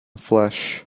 flesh